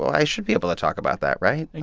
i should be able to talk about that, right? and